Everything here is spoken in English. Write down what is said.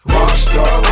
Rockstar